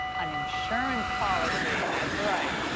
an insurance policy, that's right.